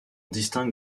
distingue